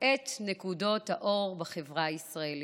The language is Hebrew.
את נקודות האור בחברה הישראלית.